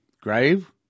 Grave